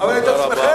אבל את עצמכם.